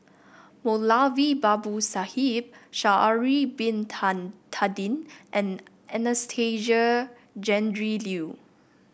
Moulavi Babu Sahib Sha'ari Bin Tadin and Anastasia Tjendri Liew